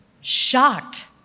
shocked